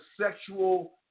sexual